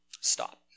Stop